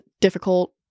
difficult